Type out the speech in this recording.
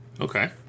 Okay